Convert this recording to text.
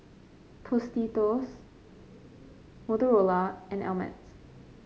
Tostitos Motorola and Ameltz